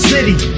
City